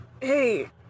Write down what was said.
Hey